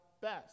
best